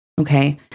Okay